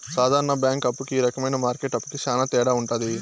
సాధారణ బ్యాంక్ అప్పు కి ఈ రకమైన మార్కెట్ అప్పుకి శ్యాన తేడా ఉంటది